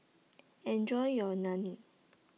Enjoy your Naan